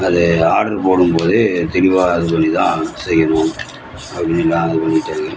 அது ஆட்ரு போடும் போதே தெளிவாக இது பண்ணி தான் செய்யணும் அப்படின்னு நான் இது பண்ணிட்டாங்க